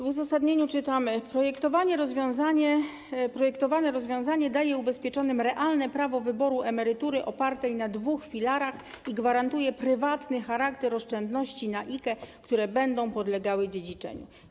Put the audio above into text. W uzasadnieniu czytamy: Projektowane rozwiązanie daje ubezpieczonym realne prawo wyboru emerytury opartej na dwóch filarach i gwarantuje prywatny charakter oszczędności na IKE, które będą podlegały dziedziczeniu.